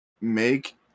make